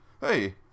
hey